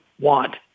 want